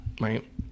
Right